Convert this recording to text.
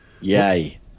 Yay